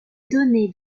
donné